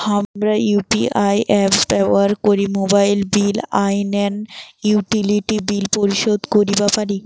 হামরা UPI apps ব্যবহার করি মোবাইল বিল আর অইন্যান্য ইউটিলিটি বিল পরিশোধ করিবা পারি